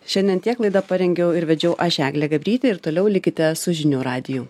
šiandien tiek laidą parengiau ir vedžiau aš eglė gabrytė ir toliau likite su žinių radiju